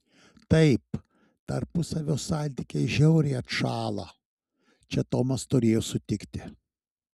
taip tarpusavio santykiai žiauriai atšąla čia tomas turėjo sutikti